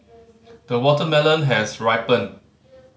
the watermelon has ripened